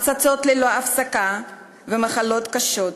הפצצות ללא הפסקה ומחלות קשות.